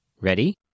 Ready